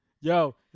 Yo